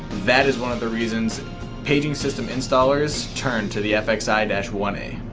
that is one of the reasons and paging system installers turn to the fxi and one a.